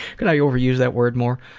could i overuse that word more?